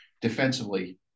Defensively